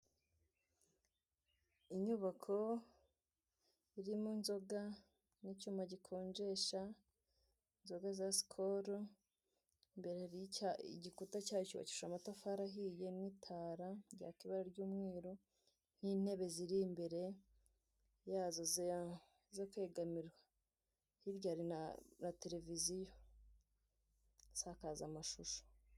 Inyubako irimo inzoga n'icyuma gikonjesha inzoga za sikoro imbere igikuta cyayo cyubakijwe amatafari ahiye n'itara ryaka ibara ry'umweru n'intebe ziri imbere yazo zo kwegamirwa hirya na na televiziyo isakaza amashusho.